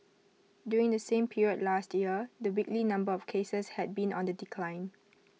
during the same period last year the weekly number of cases had been on the decline